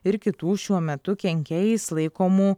ir kitų šiuo metu kenkėjais laikomų